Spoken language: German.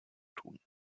tun